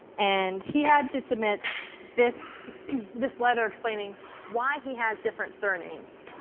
and he had to submit this this letter explaining why he has different surnames.